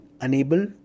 unable